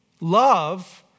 Love